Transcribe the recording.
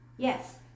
Yes